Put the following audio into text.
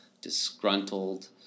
disgruntled